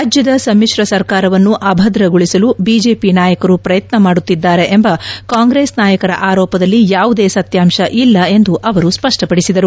ರಾಜ್ಯದ ಸಮ್ಮಿಶ್ರ ಸರ್ಕಾರವನ್ನು ಅಭದ್ರಗೊಳಿಸಲು ಬಿಜೆಪಿ ನಾಯಕರು ಪ್ರಯತ್ನ ಮಾಡುತ್ತಿದ್ದಾರೆ ಎಂಬ ಕಾಂಗ್ರೆಸ್ ನಾಯಕರ ಆರೋಪದಲ್ಲಿ ಯಾವುದೇ ಸತ್ಯಾಂಶ ಇಲ್ಲ ಎಂದು ಅವರು ಸ್ಪಷ್ಟಪಡಿಸಿದರು